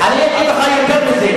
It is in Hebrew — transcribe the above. להיעלם, אתם לא צריכים להיות חלק מזה.